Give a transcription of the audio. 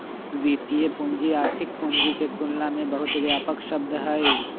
वित्तीय पूंजी आर्थिक पूंजी के तुलना में बहुत व्यापक शब्द हई